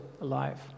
alive